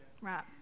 Right